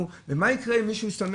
זו אחריות שלנו ומה יקרה אם מישהו יסתמך